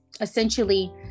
essentially